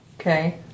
Okay